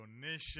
donation